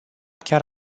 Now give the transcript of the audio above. chiar